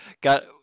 got